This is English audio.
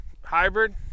hybrid